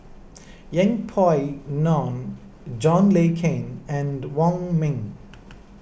Yeng Pway Ngon John Le Cain and Wong Ming